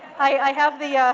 i have the